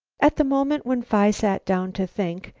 at the moment when phi sat down to think,